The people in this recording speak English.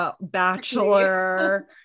bachelor